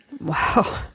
Wow